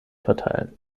verteilen